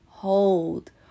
Hold